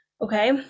Okay